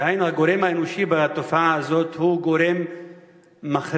דהיינו, הגורם האנושי בתופעה הזאת הוא גורם מכריע.